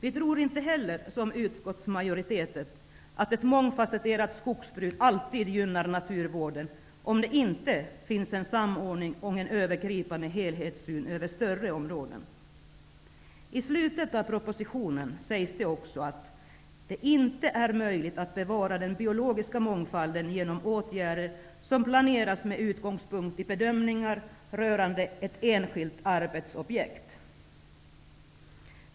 Inte heller tror vi som utskottsmajoriten att ett mångfasetterat skogsbruk alltid gynnar naturvården om det inte finns en samordning och en övergripande helhetssyn över större områden. I slutet av propositionen sägs det också att det inte är möjligt att bevara den biologiska mångfalden genom åtgärder som planeras med utgångspunkt i bedömningar rörande ett enskilt arbetsobjekt.